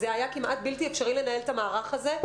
זה היה כמעט בלתי אפשרי לנהל את המערך הזה,